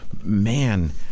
man